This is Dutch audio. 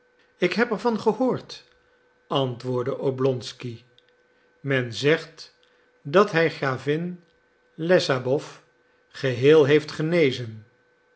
ik heb er van gehoord antwoordde oblonsky men zegt dat hij gravin lessabow geheel heeft genezen